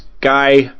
guy